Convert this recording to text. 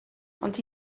ond